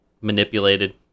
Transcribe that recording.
manipulated